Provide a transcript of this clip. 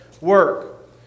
work